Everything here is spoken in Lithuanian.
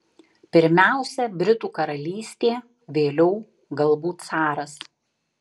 pirmiausia britų karalystė vėliau galbūt caras